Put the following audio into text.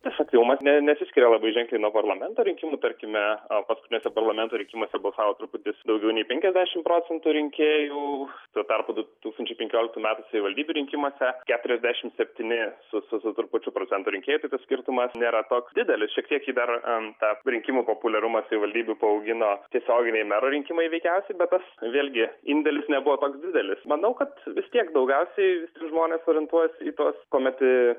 ne nesiskiria labai ženkliai nuo parlamento rinkimų tarkime paskutiniuose parlamento rinkimuose balsavo truputis daugiau nei penkiasdešimt procentų rinkėjų tuo tarpu du tūkstančiai penkioliktų metų savivaldybių rinkimuose keturiasdešimt septyni su trupučiu procentų rinkėjų skirtumas nėra toks didelis šiek tiek į mero rinkimų populiarumą savivaldybių baugino tiesioginiai merų rinkimai veikiausiai bet vėlgi indėlis nebuvo toks didelis manau kad vis tiek daugiausiai žmonės orientuojasi į tuos kuomet